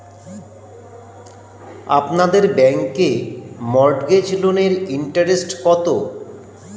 আপনাদের ব্যাংকে মর্টগেজ লোনের ইন্টারেস্ট কত?